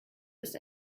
ist